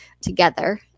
together